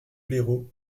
béraud